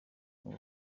ubu